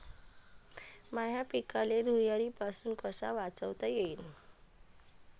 माह्या पिकाले धुयारीपासुन कस वाचवता येईन?